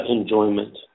enjoyment